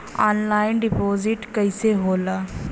Online deposit कैसे होला?